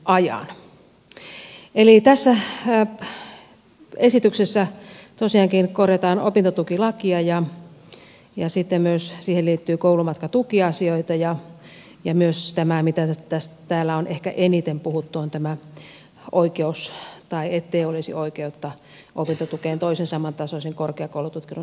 tässä esityksessä tosiaankin korjataan opintotukilakia ja siihen liittyy myös koulumatkatukiasioita ja mistä täällä on ehkä eniten puhuttu on tämä ettei olisi oikeutta opintotukeen toisen samantasoisen korkeakoulututkinnon suorittamiseksi